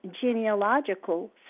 Genealogical